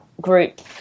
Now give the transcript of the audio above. group